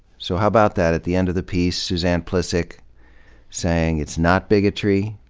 so, how about that, at the end of the piece, suzanne plihcik saying it's not bigotry,